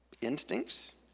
instincts